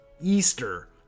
Easter